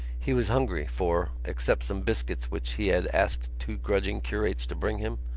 he was hungry for, except some biscuits which he had asked two grudging curates to bring him,